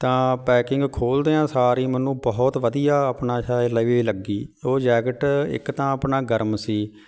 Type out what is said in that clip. ਤਾਂ ਪੈਕਿੰਗ ਖੋਲਦਿਆਂ ਸਾਰ ਹੀ ਮੈਨੂੰ ਬਹੁਤ ਵਧੀਆ ਆਪਣਾ ਲੱਗੀ ਉਹ ਜੈਕਟ ਇੱਕ ਤਾਂ ਆਪਣਾ ਗਰਮ ਸੀ